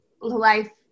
life